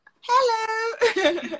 hello